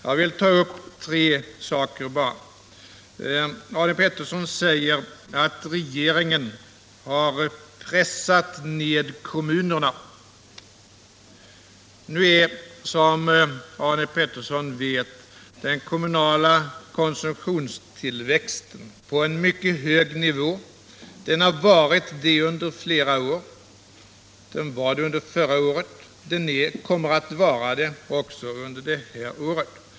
Jag skall ta upp tre saker. Arne Pettersson säger att regeringen har pressat ned kommunerna. Nu ligger som Arne Petersson vet den kommunala konsumtionstillväxten på en mycket hög nivå. Det har den gjort under flera år och det kommer den att göra också i år.